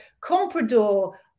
comprador